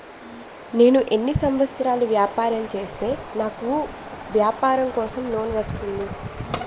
నేను ఎన్ని సంవత్సరాలు వ్యాపారం చేస్తే నాకు వ్యాపారం కోసం లోన్ వస్తుంది?